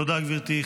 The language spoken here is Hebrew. תודה, גברתי.